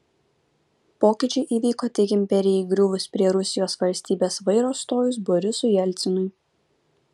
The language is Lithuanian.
pokyčiai įvyko tik imperijai griuvus ir prie rusijos valstybės vairo stojus borisui jelcinui